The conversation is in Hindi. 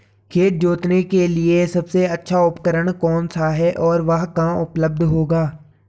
खेत जोतने के लिए सबसे अच्छा उपकरण कौन सा है और वह कहाँ उपलब्ध होगा?